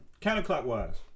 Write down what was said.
Counterclockwise